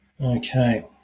okay